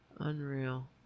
unreal